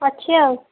ଅଛି ଆଉ